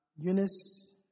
Eunice